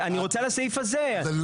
בסעיף זה,